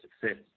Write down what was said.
success